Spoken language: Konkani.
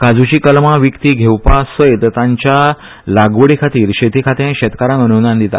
काज्ची कलमा विकती घेवपा सयत ताच्या लागवडी खातीर शेती खाते शेतकारांक अन्दान दिता